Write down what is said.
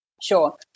sure